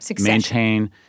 maintain